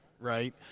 right